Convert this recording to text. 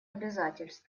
обязательств